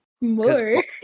more